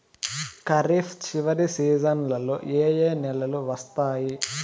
ఖరీఫ్ చివరి సీజన్లలో ఏ ఏ నెలలు వస్తాయి